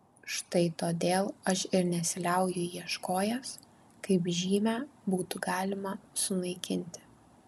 štai todėl aš ir nesiliauju ieškojęs kaip žymę būtų galima sunaikinti